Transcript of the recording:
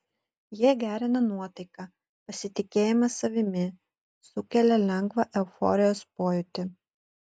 jie gerina nuotaiką pasitikėjimą savimi sukelia lengvą euforijos pojūtį